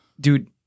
Dude